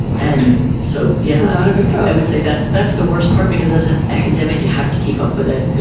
and so yeah kind of um i would say that's that's the worst part because as an academic you have to keep up with it.